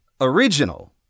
original